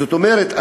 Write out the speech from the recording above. זאת אומרת,